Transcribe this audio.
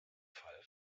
fall